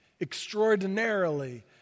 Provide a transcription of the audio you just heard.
extraordinarily